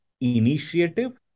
initiative